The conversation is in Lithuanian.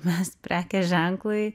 mes prekės ženklui